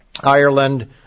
Ireland